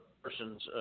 persons